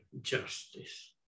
justice